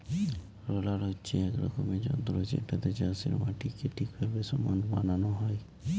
roller হচ্ছে এক রকমের যন্ত্র যেটাতে চাষের মাটিকে ঠিকভাবে সমান বানানো হয়